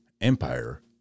Empire